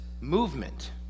movement